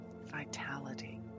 vitality